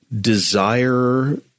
desire